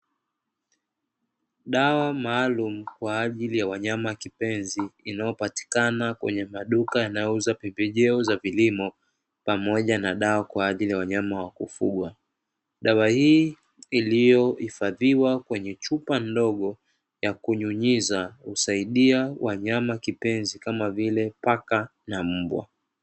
Dawa maalumu kwa ajili ya wanyama kipenzi inayopatikana kwenye maduka yanayouza pembejeo za vilimo pamoja na dawa kwa ajili ya wanyama wa kufugwa. Dawa hii iliyohifadhiwa kwenye chumba ndogo ya kunyunyiza husaidia wanyama kipenzi kama vile paka na mbwa.